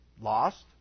lost